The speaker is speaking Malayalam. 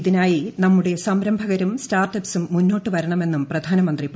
ഇതിനായി നമ്മുടെ സംരംഭകരും സ്റ്റാർട്ടപ്പുകളും മുൻപോട്ടു വരണമെന്നും പ്രധാനമന്ത്രി പറഞ്ഞു